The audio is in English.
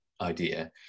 idea